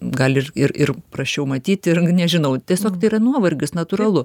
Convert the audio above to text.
gali ir ir ir prasčiau matyt ir nežinau tiesiog tai yra nuovargis natūralu